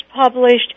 published